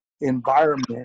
Environment